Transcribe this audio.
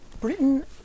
Britain